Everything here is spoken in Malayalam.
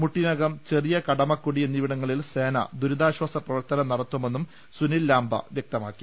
മുട്ടിനകം ചെറിയ കടമക്കുടി എന്നിവിടങ്ങളിൽ സേന ദുരിതാശ്ചാസ പ്രവർത്തനം നടത്തുമെന്നും സുനിൽ ലാംബ വ്യക്തമാക്കി